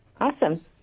Awesome